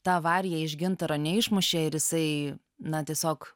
ta avarija iš gintaro neišmušė ir jisai na tiesiog